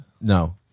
no